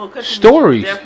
stories